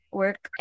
work